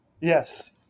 Yes